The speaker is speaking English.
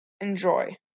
Enjoy